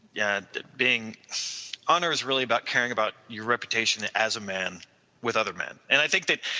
yeah that being honor is really about caring about your reputation that as a men with other men and i think that,